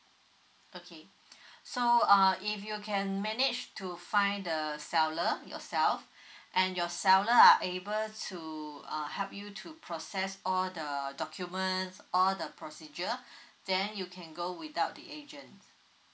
okay so uh if you can manage to find the seller yourself and your seller are able to uh help you to process all the documents all the procedure then you can go without the agent